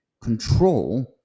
control